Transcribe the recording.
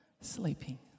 sleeping